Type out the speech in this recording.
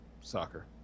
Soccer